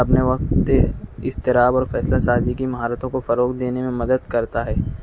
اپنے وقت اضطراب اور فیصلہ سازی کی مہارتوں کو فروغ دینے میں مدد کرتا ہے